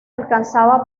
alcanzaba